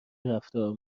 رفتار